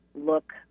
look